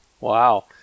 Wow